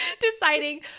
deciding